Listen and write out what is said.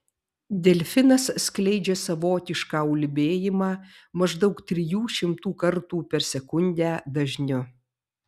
delfinas skleidžia savotišką ulbėjimą maždaug trijų šimtų kartų per sekundę dažniu